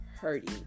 hurting